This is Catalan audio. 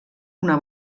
una